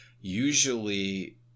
Usually